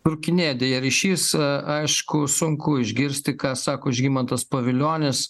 trūkinėja deja ryšys aišku sunku išgirsti ką sako žygimantas pavilionis